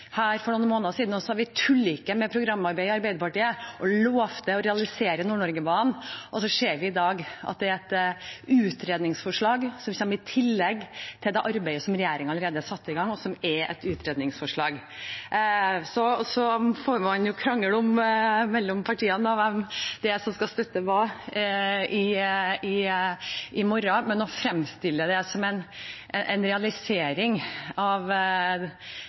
for noen måneder siden og sa at vi «tuller ikke med vårt partiprogram» i Arbeiderpartiet og lovte å realisere Nord-Norge-banen, ser vi dag at det er et utredningsforslag, som kommer i tillegg til det arbeidet som regjeringen allerede har satt i gang – det er et utredningsforslag. Så får man krangle partiene imellom om hvem det er som skal støtte hva i morgen, men å fremstille det som en realisering av